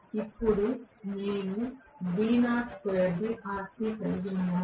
ఇప్పుడు నేను కలిగి ఉన్నాను